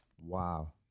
Wow